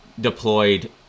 deployed